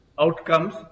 outcomes